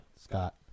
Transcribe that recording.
Scott